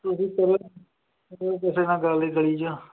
ਕਿਸੇ ਨਾਲ ਗੱਲ ਹੀ ਗਲੀ ਜਾ